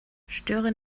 störe